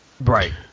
Right